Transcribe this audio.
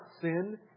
sin